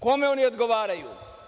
Kome oni odgovaraju?